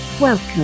Welcome